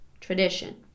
Tradition